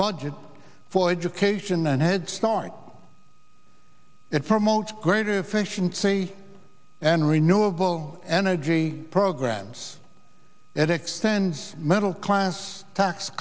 budget for education and head start it for most greater efficiency and renewable energy programs that extends middle class tax